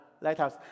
lighthouse